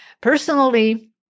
Personally